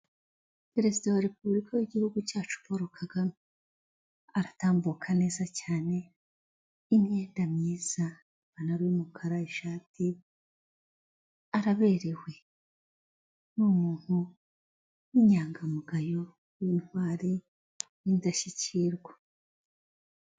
Perezida wa Repubulika y'Igihugu cyacu Paul kagame, aratambuka neza cyane imyenda myiza, ipantaro y'umukara, ishati, araberewe. Ni umuntu w'inyangamugayo w'intwari w'indashyikirwa.